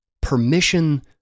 ...permission